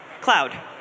Cloud